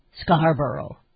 Scarborough